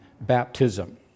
baptism